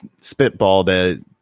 spitballed